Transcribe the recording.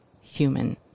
human